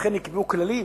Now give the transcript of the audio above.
לכן נקבעו כללים